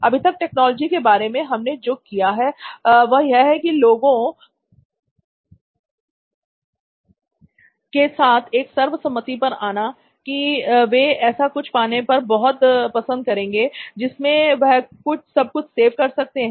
अभी तक टेक्नोलॉजी के बारे में हमने जो किया है वह यह है कि लोगों के साथ एक सर्वसम्मति पर आना कि वे ऐसा कुछ पाने पर बहुत पसंद करेंगे जिसमें वह सब कुछ सेव कर सकते हैं